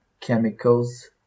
chemicals